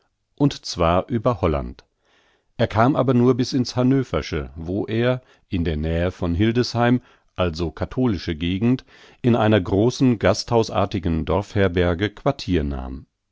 und zwar über holland er kam aber nur bis ins hannöversche wo er in der nähe von hildesheim also katholische gegend in einer großen gasthausartigen dorfherberge quartier nahm